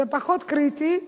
זה פחות קריטי,